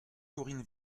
corinne